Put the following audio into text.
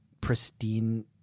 pristine